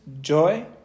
joy